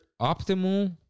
optimal